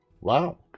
Wow